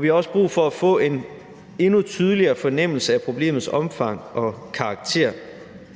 Vi har også brug for at få en endnu tydeligere fornemmelse af problemets omfang og karakter,